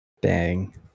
bang